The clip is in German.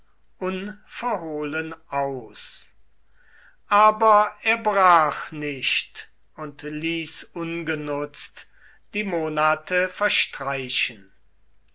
unverhohlen aus aber er brach nicht und ließ ungenutzt die monate verstreichen